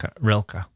Rilke